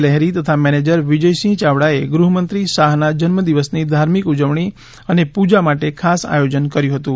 લહેરી તથા મેનેજર વિજયસિંહ યાવડાએ ગૃહ્મંત્રી શાહના જન્મદિવસની ધાર્મિક ઉજવણી અને પુજા માટે ખાસ આયોજન કર્યું હતું